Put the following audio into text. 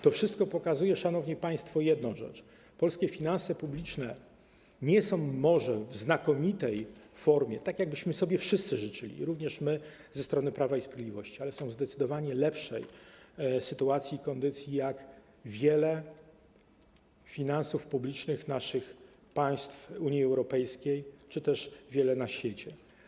To wszystko pokazuje, szanowni państwo, jedną rzecz: polskie finanse publiczne nie są może w znakomitej formie, tak jakbyśmy sobie wszyscy życzyli, również my ze strony Prawa i Sprawiedliwości, ale są zdecydowanie w lepszej sytuacji i kondycji niż finanse publiczne wielu państw Unii Europejskiej czy też wielu państw na świecie.